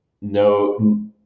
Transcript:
no